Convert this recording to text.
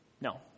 No